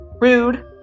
Rude